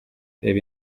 reba